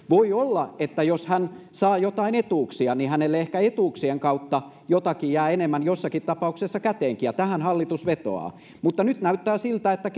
voi olla että jos hän saa jotain etuuksia niin hänelle etuuksien kautta jotakin ehkä jää enemmän jossakin tapauksessa käteenkin ja tähän hallitus vetoaa mutta nyt näyttää siltä että